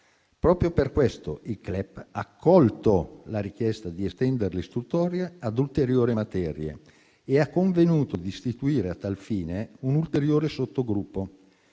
Proprio per questo il CLEP ha accolto la richiesta di estendere l'istruttoria ad ulteriori materie e ha convenuto di istituire a tal fine un ulteriore sottogruppo.